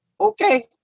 okay